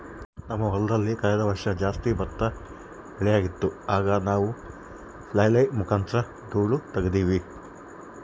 ನಮ್ಮ ಹೊಲದಲ್ಲಿ ಕಳೆದ ವರ್ಷ ಜಾಸ್ತಿ ಭತ್ತದ ಬೆಳೆಯಾಗಿತ್ತು, ಆಗ ನಾವು ಫ್ಲ್ಯಾಯ್ಲ್ ಮುಖಾಂತರ ಧೂಳು ತಗೀತಿವಿ